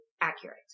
accurate